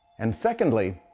and secondly,